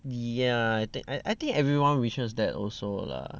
yeah I I think everyone wishes that also lah